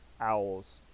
Owls